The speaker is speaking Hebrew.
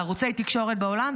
בערוצי תקשורת בעולם,